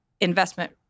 investment